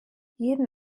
jeden